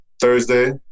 Thursday